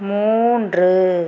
மூன்று